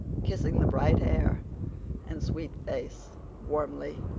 kissing the bright hair and sweet face warmly.